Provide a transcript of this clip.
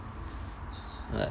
like